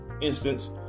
instance